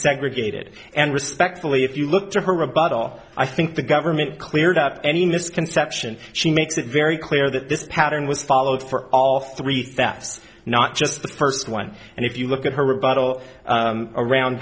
segregated and respectfully if you look to her rebuttal i think the government cleared up any misconceptions she makes it very clear that this pattern was followed for all three thefts not just the first one and if you look at her rebuttal around